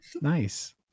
Nice